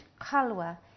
Khalwa